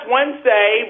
Wednesday